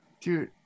dude